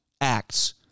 acts